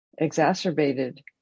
exacerbated